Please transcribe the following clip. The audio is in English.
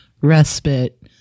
respite